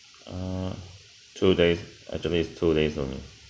err two days at the least two days only